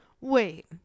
wait